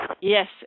Yes